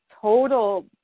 total